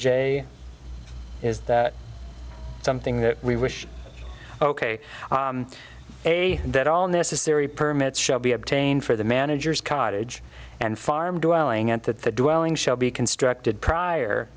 j is that something that we wish ok a that all necessary permits shall be obtained for the managers cottage and farm dwelling at that the dwelling shall be constructed prior